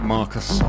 Marcus